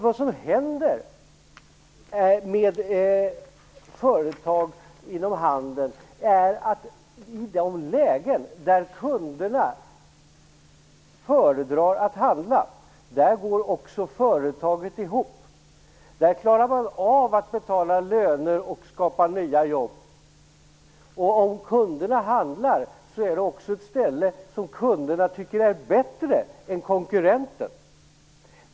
Vad som händer med företag inom handeln är att i de lägen där kunderna föredrar att handla där går också företagen ihop. Där klarar man av att betala löner och skapa nya jobb. Om kunderna handlar är det också ett ställe som kunderna tycker är bättre än konkurrentens.